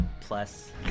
plus